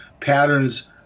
patterns